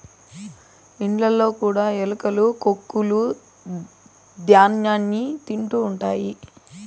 ఇండ్లలో కూడా ఎలుకలు కొక్కులూ ధ్యాన్యాన్ని తింటుంటాయి